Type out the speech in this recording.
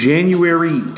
January